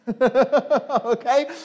Okay